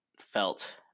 felt